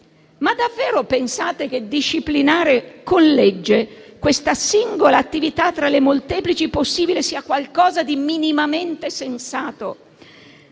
è, davvero pensate che disciplinare con legge questa singola attività, tra le molteplici possibili, sia qualcosa di minimamente sensato?